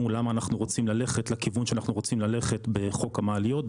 למה אנחנו רוצים ללכת לכיוון שאנחנו רוצים ללכת בחוק המעליות,